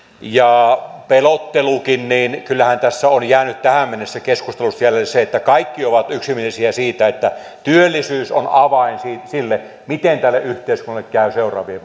ja pelottelukin niin kyllähän tässä on jäänyt tähän mennessä keskustelusta jäljelle se että kaikki ovat yksimielisiä siitä että työllisyys on avain sille miten tälle yhteiskunnalle käy seuraavien